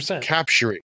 capturing